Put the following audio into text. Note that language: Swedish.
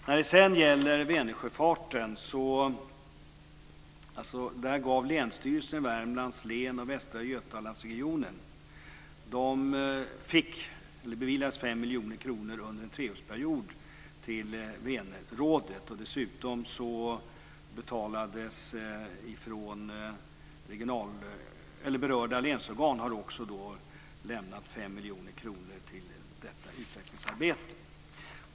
När det sedan gäller Vänersjöfarten beviljades Värmlands län och Västra Götalandsregionen 5 miljoner kronor av länsstyrelsen under en treårsperiod till Vänerrådet. Dessutom har berörda länsorgan lämnat 5 miljoner kronor till detta utvecklingsarbete.